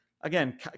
again